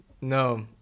No